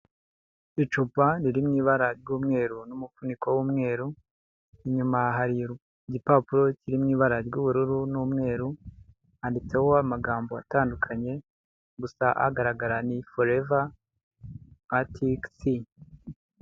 Icupa riri mw’ibara ry'umweru n'umufuniko w'umweru inyuma hari igipapuro kiri mw’ibara ry'ubururu n'umweru handitseho amagambo atandukanye gusa agaragara ni forever arctic sea.